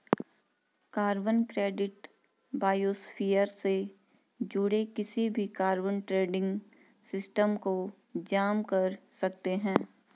carbon credit biosphere से जुड़े किसी भी कार्बन ट्रेडिंग सिस्टम को जाम कर सकते हैं